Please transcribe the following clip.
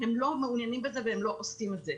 הם לא מעוניינים בזה והם לא עושים את זה.